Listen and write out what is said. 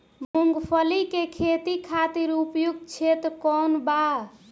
मूँगफली के खेती खातिर उपयुक्त क्षेत्र कौन वा?